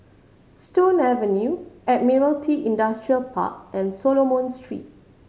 Stone Avenue Admiralty Industrial Park and Solomon Street